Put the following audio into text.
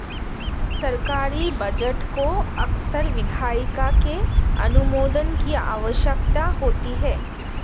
सरकारी बजट को अक्सर विधायिका के अनुमोदन की आवश्यकता होती है